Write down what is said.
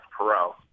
Perot